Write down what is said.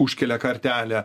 užkelia kartelę